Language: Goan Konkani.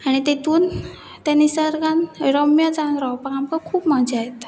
आनी तेतून त्या निसर्गान रम्य जावन रावपाक आमकां खूब मजा येता